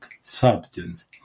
substance